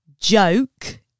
joke